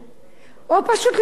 או פשוט לעזור לו,